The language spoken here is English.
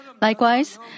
Likewise